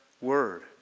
word